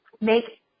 Make